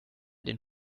den